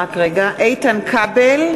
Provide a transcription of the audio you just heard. (קוראת בשמות חברי הכנסת) איתן כבל,